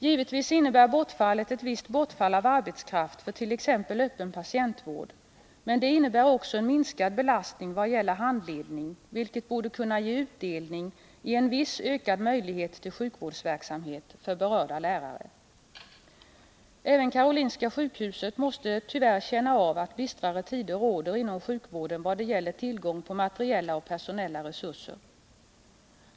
Givetvis innebär inskränkningen ett visst bortfall av arbetskraft för t.ex. öppen patientvård, men den innebär också en minskad belastning i vad gäller handledning, vilket borde kunna ge utdelning i en viss ökad möjlighet till sjukvårdsverksamhet för berörda Även Karolinska sjukhuset måste tyvärr känna av att bistrare tider råder inom sjukvården i fråga om tillgången på personella och materiella resurser.